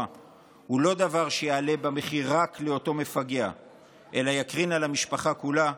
היא לא דבר שיעלה במחיר רק לאותו מפגע אלא יקרין על המשפחה כולה,